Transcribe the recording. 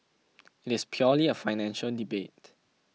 it is purely a financial debate